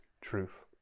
truth